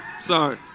Sorry